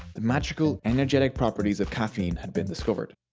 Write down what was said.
the magical energetic properties of caffeine had been discovered.